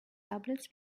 tablets